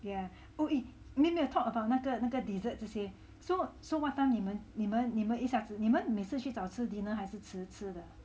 yeah oh eh 没有没有 talk about 那个那个 dessert 这些 so so what time 你们你们你们一下子你们每次去早吃 dinner 还是迟吃的